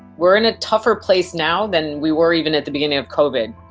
we're in a tougher place now than we were even at the beginning of covid.